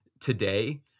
today